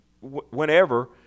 whenever